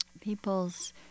people's